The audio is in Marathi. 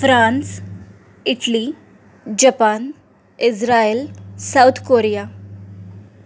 France Italy Japan Israel South Korea